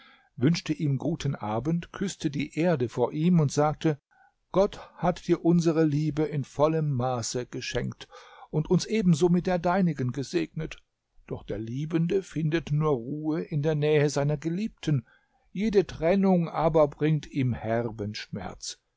wünschte ihm guten abend küßte die erde vor ihm und sagte gott hat dir unsere liebe in vollem maße geschenkt und uns ebenso mit der deinigen gesegnet doch der liebende findet nur ruhe in der nähe seiner geliebten jede trennung aber bringt ihm herben schmerz